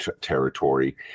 territory